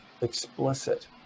explicit